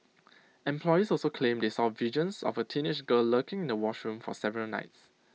employees also claimed they saw visions of A teenage girl lurking in the wash room for several nights